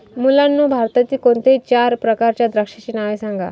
मुलांनो भारतातील कोणत्याही चार प्रकारच्या द्राक्षांची नावे सांगा